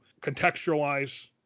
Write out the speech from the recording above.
contextualize